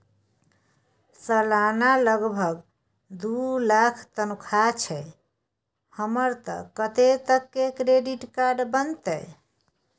सलाना लगभग दू लाख तनख्वाह छै हमर त कत्ते तक के क्रेडिट कार्ड बनतै?